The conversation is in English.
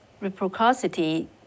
reciprocity